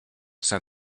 said